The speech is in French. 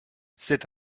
c’est